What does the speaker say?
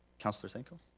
councilor zanko?